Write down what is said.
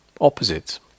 opposites